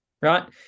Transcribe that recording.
Right